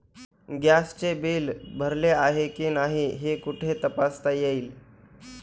गॅसचे बिल भरले आहे की नाही हे कुठे तपासता येईल?